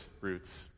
roots